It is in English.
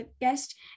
guest